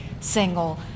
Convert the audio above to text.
single